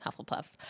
Hufflepuffs